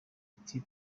ati